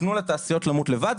שייתנו לתעשיות למות לבד,